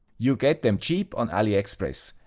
you get them cheap on aliexpress,